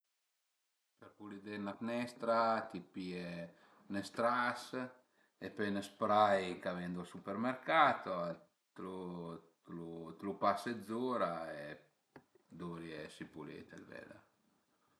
Për pulidé 'na fnestra t'i pìe 'n stras e pöi 'n spray ch'a vendu al supermercato, t'lu pase zura e duvria esi pulit ël vedèr